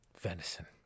venison